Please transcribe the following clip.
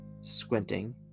Squinting